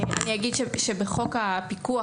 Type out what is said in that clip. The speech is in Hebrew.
בחוק הפיקוח